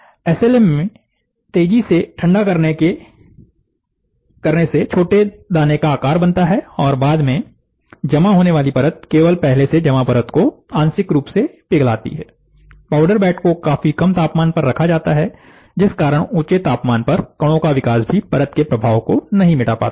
S L M में तेजी से ठंडा करने से छोटे दाने का आकार बनता है और बाद में जमा होने वाली परत केवल पहले से जमा परत को आंशिक रूप से फिर से पिघलाती है पाउडर बेड को काफी कम तापमान पर रखा जाता है जिस कारण ऊंचे तापमान पर कणों का विकास भी परत के प्रभाव को नहीं मिटा पाता है